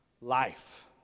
life